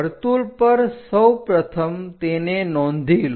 વર્તુળ પર સૌપ્રથમ તેને નોંધી લો